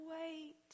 Wait